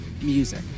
music